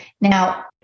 Now